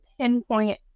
pinpoint